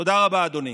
תודה רבה, אדוני.